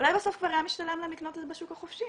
אולי בסוף כבר היה משתלם להם לקנות את זה בשוק החופשי